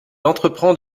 entreprend